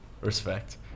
respect